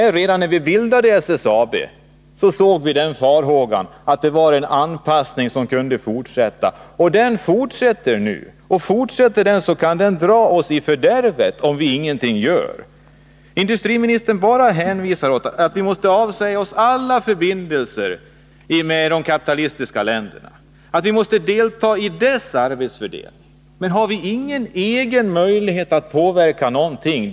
Redan när SSAB bildades såg vi det som en fara att det var fråga om en anpassning som kunde fortsätta. Och den fortsätter, och den kan dra oss i fördärvet om vi ingenting gör. Industriministern säger bara att vi måste avsäga oss alla förbindelser med de kapitalistiska länderna, att vi måste delta i deras arbetsfördelning. Har vi inga möjligheter att själva påverka någonting?